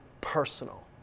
personal